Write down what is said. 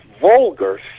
vulgar